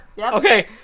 Okay